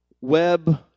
web